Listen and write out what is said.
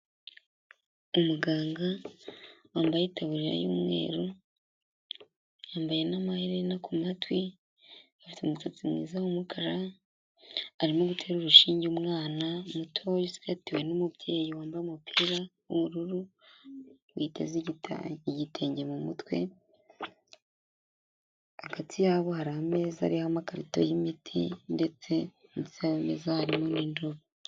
Umuganga wambaye itaburira y'umweru, yambaye n'amaherena ku matwi, afite umusatsi mwiza w'umukara, arimo gutera urushinge umwana mutoya ucigatiwe n'umubyeyi wambaye umupira w'ubururu, witeze igitenge mu mutwe, hagati yabo hari ameza ariho amakarito y'imiti ndetse munsi yayo meza harimo indobo.